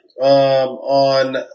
on